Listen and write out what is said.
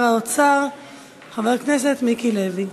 ישיב סגן שר האוצר חבר הכנסת מיקי לוי.